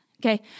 Okay